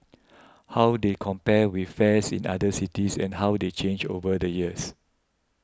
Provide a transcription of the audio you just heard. how they compare with fares in other cities and how they change over the years